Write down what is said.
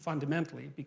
fundamentally.